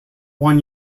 one